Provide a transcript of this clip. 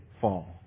fall